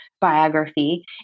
biography